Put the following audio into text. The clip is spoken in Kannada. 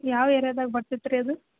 ಯಾವ ಏರಿಯಾದಾಗೆ ಬರತತ್ರಿ ಅದು